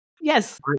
Yes